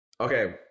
okay